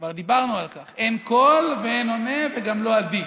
כבר דיברנו על כך, אין קול ואין עונה, וגם לא עדי,